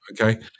Okay